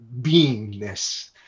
Beingness